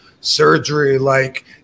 surgery-like